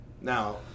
Now